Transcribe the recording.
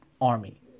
army